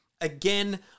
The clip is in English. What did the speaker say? Again